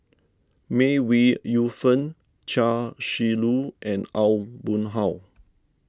May Ooi Yu Fen Chia Shi Lu and Aw Boon Haw